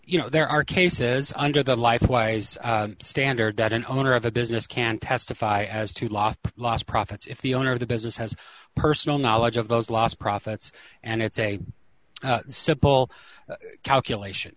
you know there are cases under the life wise standard that an owner of a business can testify as to loss loss profits if the owner of the business has personal knowledge of those lost profits and it's a simple calculation